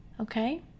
Okay